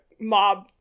mob